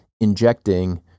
injecting